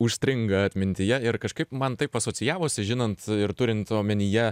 užstringa atmintyje ir kažkaip man taip asocijavosi žinant ir turint omenyje